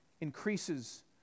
increases